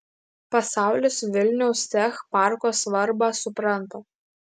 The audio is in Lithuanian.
pasaulis vilniaus tech parko svarbą supranta